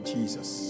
Jesus